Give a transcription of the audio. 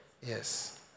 yes